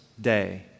Day